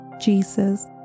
Jesus